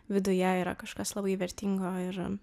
viduje yra kažkas labai vertingo ir